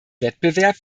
wettbewerb